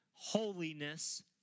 Holiness